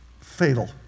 fatal